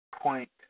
point